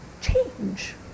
change